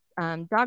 dog